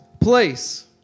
place